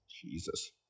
jesus